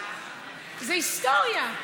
זו היסטוריה.